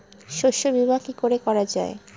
শস্য বীমা কিভাবে করা যায়?